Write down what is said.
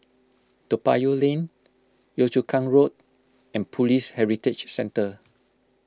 Toa Payoh Lane Yio Chu Kang Road and Police Heritage Centre